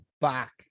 back